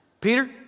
Peter